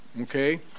Okay